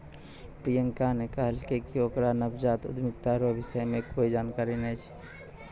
प्रियंका ने कहलकै कि ओकरा नवजात उद्यमिता रो विषय मे कोए जानकारी नै छै